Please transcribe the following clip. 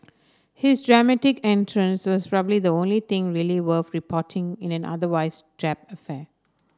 his dramatic entrance was probably the only thing really worth reporting in an otherwise drab affair